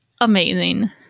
amazing